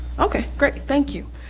okay, great, thank you.